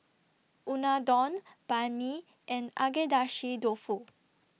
Unadon Banh MI and Agedashi Dofu